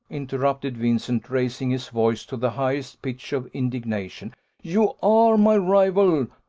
interrupted vincent, raising his voice to the highest pitch of indignation you are my rival,